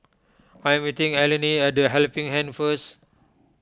I am meeting Allene at the Helping Hand first